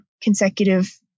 consecutive